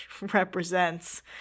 represents